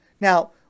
Now